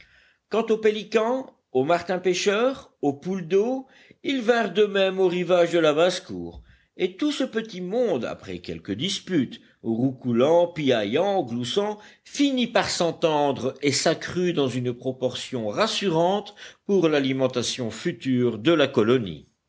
quant aux pélicans aux martins pêcheurs aux poules d'eau ils vinrent d'eux-mêmes au rivage de la basse-cour et tout ce petit monde après quelques disputes roucoulant piaillant gloussant finit par s'entendre et s'accrut dans une proportion rassurante pour l'alimentation future de la colonie